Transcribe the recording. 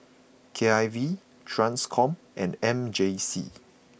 K I V Transcom and M J C